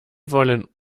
wollen